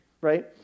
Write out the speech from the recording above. right